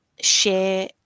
share